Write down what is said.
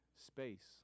space